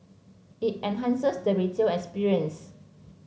it enhances the retail experience